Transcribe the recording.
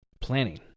planning